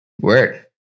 word